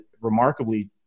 remarkably